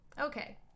Okay